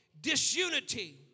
disunity